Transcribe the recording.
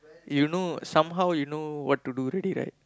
you know somehow you know what to do already right